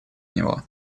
него